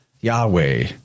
Yahweh